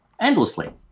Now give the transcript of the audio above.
endlessly